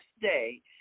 day